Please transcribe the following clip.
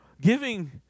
Giving